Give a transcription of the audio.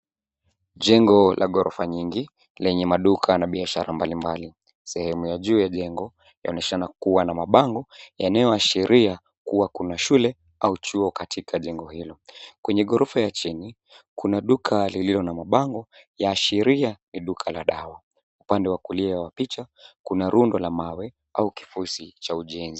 Jengo la gorofa nyingi lenye maduka na biashara mbalimbali, sehemu ya juu ya jengo yaoneshana kuwa na mabango yanayoashiria kuwa kuna shule au chuo katika jengo hilo, kwenye gorofa ya chini kuna duka liliyo na mabango yaashiria ni duka la dawa, upande wa kulia wa picha kuna rundo la mawe au kifosi cha ujenzi.